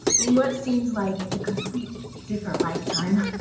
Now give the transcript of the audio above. in what seems like a complete different lifetime,